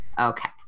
Okay